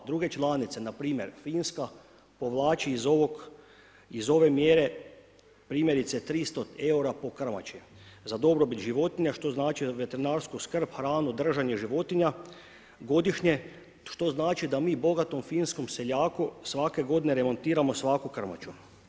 Druge članice, npr. Finska, povlači iz ove mjere primjerice 300 eura po krmači za dobrobit životinja što znači da veterinarsku skrb, hranu, držanje životinja godišnje, što znači da mi bogatom Finskom seljaku svake godine remontiramo svaku krmaču.